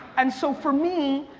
and so for me,